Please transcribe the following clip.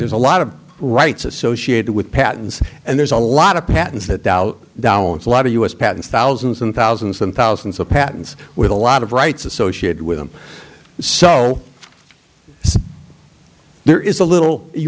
there's a lot of rights associated with patents and there's a lot of patents that out dollars a lot of us patents thousands and thousands and thousands of patents with a lot of rights associated with them so there is a little you